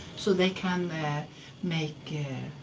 so they can make